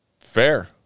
Fair